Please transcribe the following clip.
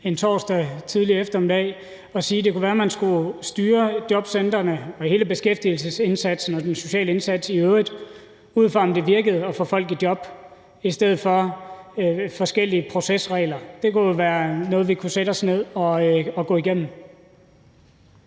en tidlig torsdag eftermiddag – og sige, at det kunne være, man skulle styre jobcentrene og hele beskæftigelsesindsatsen og den sociale indsats i øvrigt ud fra, om det virkede at få folk i job, i stedet for forskellige procesregler. Det kunne være noget, vi kunne sætte os ned og gå igennem.